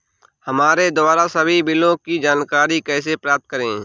हमारे द्वारा सभी बिलों की जानकारी कैसे प्राप्त करें?